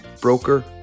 broker